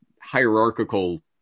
hierarchical